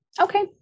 Okay